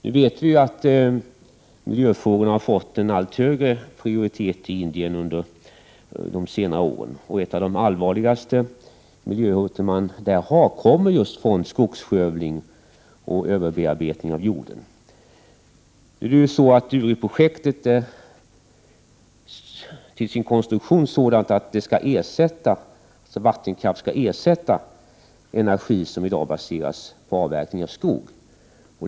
Vi vet att miljöfrågorna har fått en allt högre prioritet i Indien under de senare åren. Ett av de allvarligaste miljöhoten man där har kommer från skogsskövling och överbearbetning av jorden. URI-projektet är till sin konstruktion sådant att vattenkraft skall ersätta energi som i dag baseras på avverkning av skog.